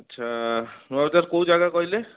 ଆଚ୍ଛା ନୂଆ ବଜାର କେଉଁ ଜାଗା କହିଲେ